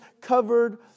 covered